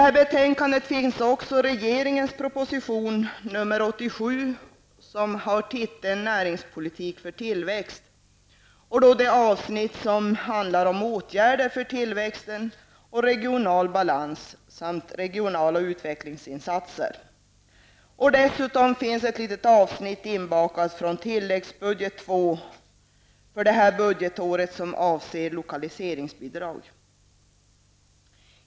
Här behandlas också regeringens proposition Dessutom finns ett litet avsnitt inbakat från tilläggsbudget II för detta budgetår och det avser lokaliseringsbidrag.